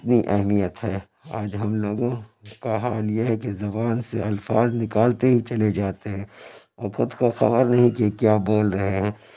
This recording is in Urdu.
کتنی اہمیت ہے آج ہم لوگوں کا حال یہ ہے کہ زبان سے الفاظ نکالتے ہی چلے جاتے ہیں اور خود کو خبر نہیں کہ کیا بول رہے ہیں